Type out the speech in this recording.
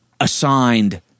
assigned